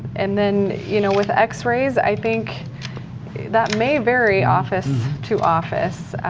and then, you know, with x-rays, i think that may vary office to office,